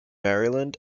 maryland